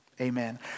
amen